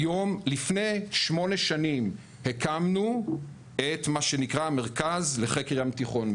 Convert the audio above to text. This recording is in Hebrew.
לפני שמונה שנים הקמנו את מה שנקרא "המרכז לחקר הים התיכון",